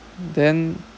then